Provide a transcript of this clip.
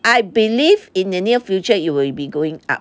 I believe in the near future it will be going up